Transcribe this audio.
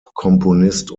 komponist